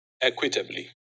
equitably